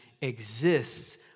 exists